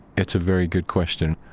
it's a very good question.